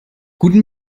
guten